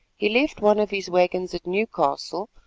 he left one of his waggons at newcastle,